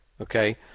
okay